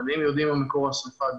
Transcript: אבל אם יודעים מה מקור השריפה,